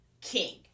king